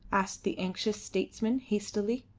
asked the anxious statesman, hastily.